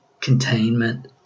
containment